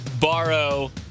borrow